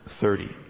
thirty